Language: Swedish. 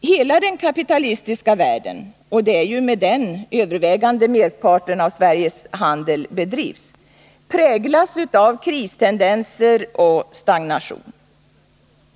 Hela den kapitalistiska världen — och det är ju med den övervägande merparten av Sveriges handel bedrivs — präglas av kristendenser och stagnation.